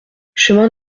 chemin